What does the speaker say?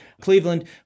cleveland